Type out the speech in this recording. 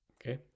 Okay